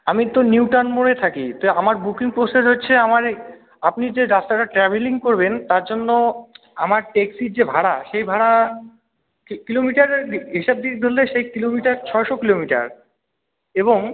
আমি তো নিউটাউন মোড়ে থাকি তো আমার বুকিং প্রসেস হচ্ছে আমার এই আপনি যে রাস্তাটা ট্র্যাভেলিং করবেন তার জন্য আমার ট্যাক্সির যে ভাড়া সেই ভাড়া কিলোমিটারের হিসাব দিয়ে ধরলে সেই কিলোমিটার ছয়শো কিলোমিটার এবং